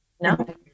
No